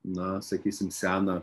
na sakysim seną